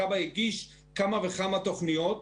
כב"א הגיש כמה וכמה תוכניות,